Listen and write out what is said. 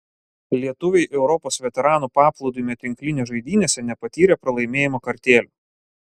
lietuviai europos veteranų paplūdimio tinklinio žaidynėse nepatyrė pralaimėjimo kartėlio